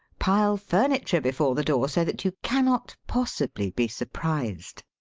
pile furniture before the door, so that you cannot possibly be surprised.